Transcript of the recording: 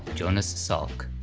jonas salk.